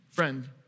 Friend